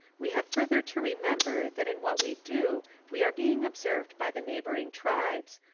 we have further to remember that in what we do we are being observed by the neighbouring tribes,